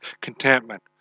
contentment